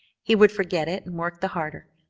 he would forget it and work the harder.